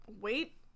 wait